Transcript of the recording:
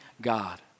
God